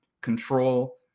control